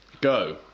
go